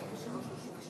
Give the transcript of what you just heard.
התשע"ה 2015, של חברת הכנסת